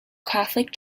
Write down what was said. catholic